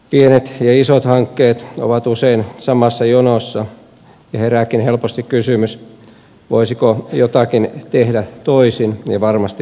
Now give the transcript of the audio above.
pienet ja isot hankkeet ovat usein samassa jonossa ja herääkin helposti kysymys voisiko jotakin tehdä toisin ja varmasti voisi